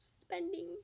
spending